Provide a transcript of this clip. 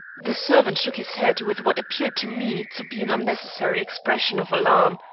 the servant shook his head with what appeared to me to be an unnecessary expression of alarm,